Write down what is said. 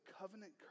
covenant